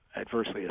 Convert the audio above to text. adversely